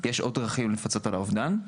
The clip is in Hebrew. יש עוד דרכים לפצות על האובדן.